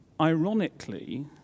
Ironically